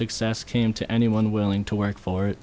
success came to anyone willing to work for